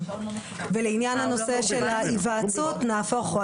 לעניין הנושא של ההיוועצות: נהפוך הוא.